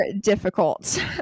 difficult